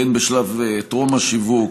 הן בשלב טרום השיווק,